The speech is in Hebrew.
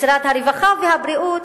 משרדי הרווחה והבריאות,